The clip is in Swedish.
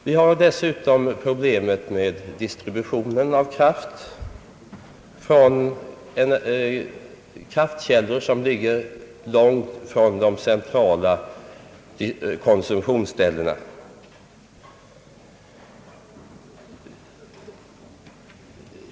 Vi har dessutom problemet med distributionen av kraft från kraftkällor som ligger långt från de centrala konsumtionsställena.